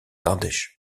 ardèche